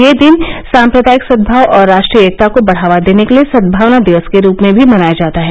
यह दिन साम्प्रदायिक सद्भाव और राष्ट्रीय एकता को बढावा देने के लिए सद्भावना दिवस के रूप में भी मनाया जाता है